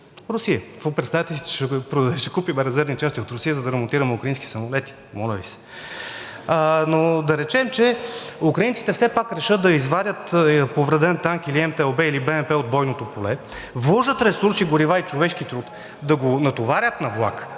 Какво?! Представяте си, че ще купим резервни части от Русия, за да ремонтираме украински самолети?! Моля Ви се! Но да кажем, че украинците все пак решат да извадят повреден танк или МТ-ЛБ, или БНП от бойното поле, вложат ресурс и горива и човешки труд да го натоварят на влака,